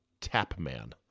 Tapman